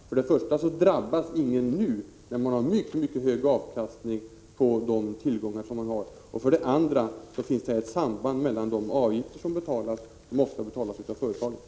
För det första drabbas ingen nu, när man har mycket hög avkastning på tillgångarna, och för det andra finns ett samband också med de avgifter som betalas, och som företagen ofta står för.